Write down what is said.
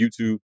YouTube